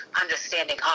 understanding